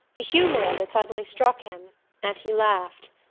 the humour of it suddenly struck him and he laughed.